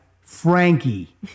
Frankie